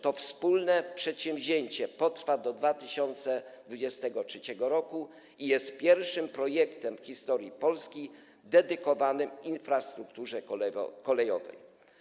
To wspólne przedsięwzięcie potrwa do 2023 r. i jest pierwszym projektem w historii Polski dedykowanym infrastrukturze kolejowej.